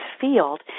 field